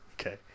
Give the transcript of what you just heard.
okay